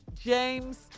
James